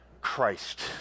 Christ